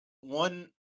one